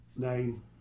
name